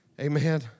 Amen